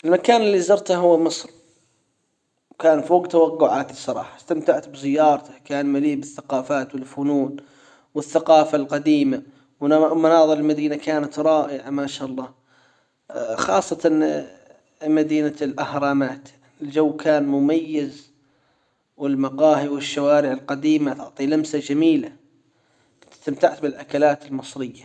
المكان اللي زرته هو مصر. وكان فوق توقعاتي الصراحة استمتعت بزيارته كان مليء بالثقافات والفنون. والثقافة القديمة ومناظر المدينة كانت رائعة ما شاء الله خاصة مدينة الاهرامات الجو كان مميز والمقاهي والشوارع القديمة تعطي لمسة جميلة استمتعت بالاكلات المصرية